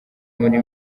muri